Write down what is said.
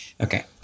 Okay